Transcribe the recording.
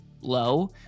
low